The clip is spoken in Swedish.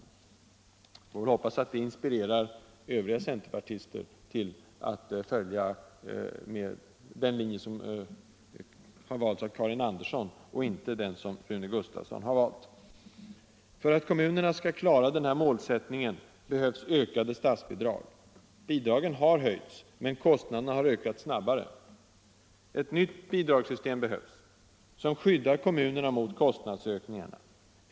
Vi får hoppas att det inspirerar övriga centerpartister att följa den linje som valts av Karin Andersson och inte den som Rune Gustavsson har tagit i utskottet. För att kommunerna skall klara den här målsättningen behövs ökade statsbidrag. Bidragen har höjts, men kostnaderna har ökat snabbare. Ett nytt bidragssystem måste till, som skyddar kommunerna mot kostnadsökningarna.